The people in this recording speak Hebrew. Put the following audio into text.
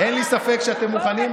אין לי ספק שאתם מוכנים.